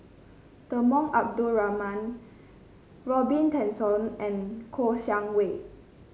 Temenggong Abdul Rahman Robin Tessensohn and Kouo Shang Wei